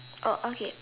uh okay